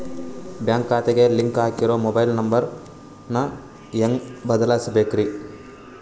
Bank ಖಾತೆಗೆ link ಆಗಿರೋ mobile number ನ ಹೆಂಗ್ ಬದಲಿಸಬೇಕ್ರಿ?